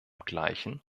gleichen